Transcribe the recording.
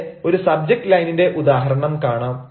ഇവിടെ ഒരു സബ്ജക്ട് ലൈനിന്റെ ഉദാഹരണം കാണാം